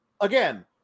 again